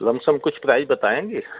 lump sum कुछ price बताएँगे